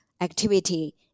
activity